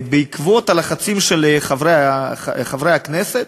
בעקבות הלחצים של חברי הכנסת,